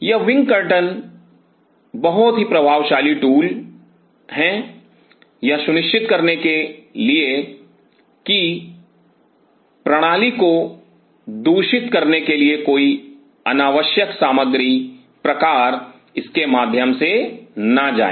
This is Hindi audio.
यह विंड कर्टन बहुत ही प्रभावशाली टूल हैं यह सुनिश्चित करने के लिए कि प्रणाली को दूषित करने के लिए कोई अनावश्यक सामग्री प्रकार इसके माध्यम से न जाए